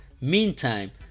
meantime